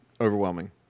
overwhelming